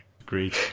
Agreed